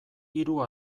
hiru